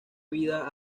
vida